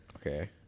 Okay